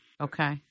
Okay